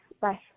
bye